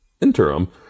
interim